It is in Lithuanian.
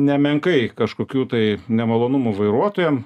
nemenkai kažkokių tai nemalonumų vairuotojam